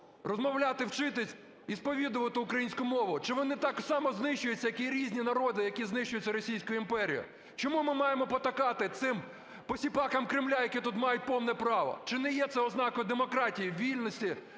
розмовляти, вчитись і сповідувати українську мову, чи вони так само знищуються, як і різні народи, які знищуються російською імперією? Чому ми маємо потакати цим посіпакам Кремля, які тут мають повне право? Чи не є це ознакою демократії, вільності